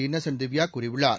Innocent Divya கூறியுள்ளார்